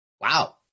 Wow